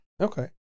Okay